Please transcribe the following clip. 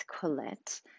Colette